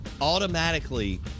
automatically